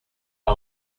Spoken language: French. pas